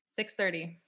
6.30